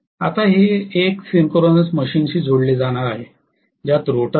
आता हे एका सिंक्रोनस मशीन शी जोडले जाणार आहे ज्यात रोटर आहे